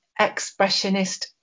expressionist